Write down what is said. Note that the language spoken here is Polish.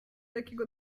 jakiego